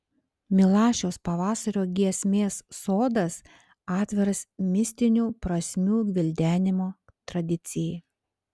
milašiaus pavasario giesmės sodas atviras mistinių prasmių gvildenimo tradicijai